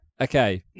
Okay